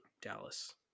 Dallas